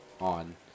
on